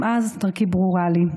גם אז דרכי ברורה לי.